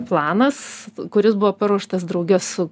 planas kuris buvo paruoštas drauge su